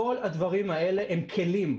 הם כלים,